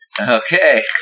Okay